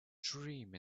dream